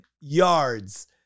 yards